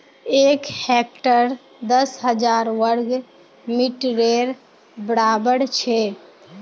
एक हेक्टर दस हजार वर्ग मिटरेर बड़ाबर छे